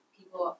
people